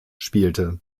spielte